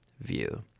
view